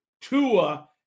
Tua